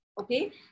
okay